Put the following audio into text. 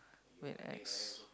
wait X